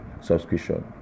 subscription